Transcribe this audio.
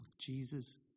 Jesus